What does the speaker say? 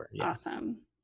Awesome